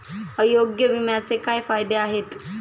आरोग्य विम्याचे काय फायदे आहेत?